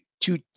two